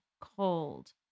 cold